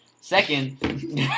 Second